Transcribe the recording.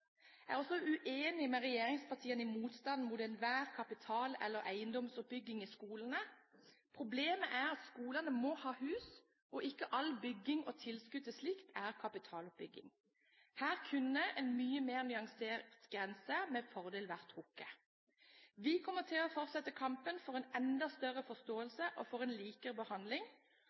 Jeg er også uenig med regjeringspartiene i motstanden mot enhver kapital- eller eiendomsoppbygging i skolene. Problemet er at skolene må ha hus, og at ikke all bygging og tilskudd til slikt er kapitaloppbygging. Her kunne en mye mer nyansert grense med fordel vært trukket. Vi kommer til å fortsette kampen for en enda større forståelse og for en likere behandling.